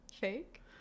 fake